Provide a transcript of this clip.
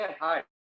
hi